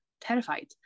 terrified